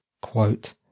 quote